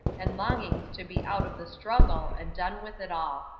and longings to be out of the struggle and done with it all.